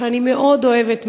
שאני מאוד אוהבת,